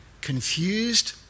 confused